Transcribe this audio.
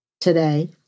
Today